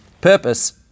purpose